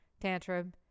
tantrum